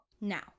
Now